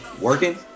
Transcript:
working